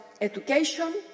education